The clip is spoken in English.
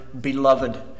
beloved